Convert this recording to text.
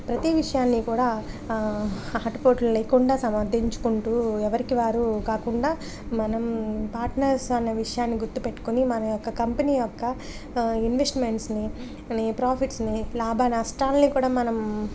ప్రతి విషయాన్ని కూడా ఆటపోట్లు లేకుండా సమర్ధించుకుంటూ ఎవరికి వారు కాకుండా మనం పార్ట్నర్స్ అన్న విషయాన్ని గుర్తు పెట్టుకుని మన యొక్క కంపెనీ యొక్క ఇన్వెస్ట్మెంట్స్ని ప్రాఫిట్స్ని లాభ నష్టాల్ని కూడా మనం